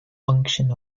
function